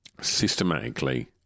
Systematically